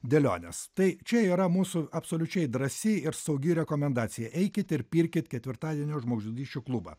dėliones tai čia yra mūsų absoliučiai drąsi ir saugi rekomendacija eikit ir pirkit ketvirtadienio žmogžudysčių klubą